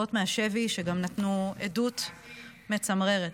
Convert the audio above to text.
חוזרות מהשבי, שגם נתנו עדות מצמררת.